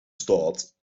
staat